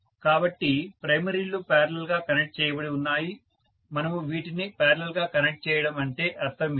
కాబట్టి ప్రైమరీలు పారలల్ గా కనెక్ట్ చేయబడి ఉన్నాయి మనము వీటిని పారలల్ గా కనెక్ట్ చేయడం అంటే అర్థం ఇదే